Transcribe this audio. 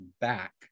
back